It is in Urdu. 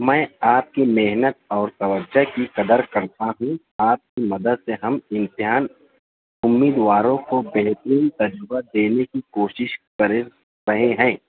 میں آپ کی محنت اور توجہ کی قدر کرتا ہوں آپ کی مدد سے ہم امتحان امیدواروں کو بہترین تجربہ دینے کی کوشش کرے کر رہے ہیں